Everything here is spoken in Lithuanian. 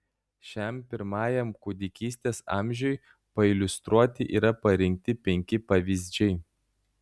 šiam pirmajam kūdikystės amžiui pailiustruoti yra parinkti penki pavyzdžiai